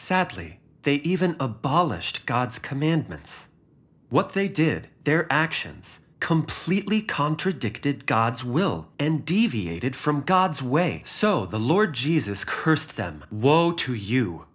sadly they even abolished god's commandments what they did their actions completely contradicted god's will and deviated from god's way so the lord jesus cursed them woe to you